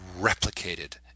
replicated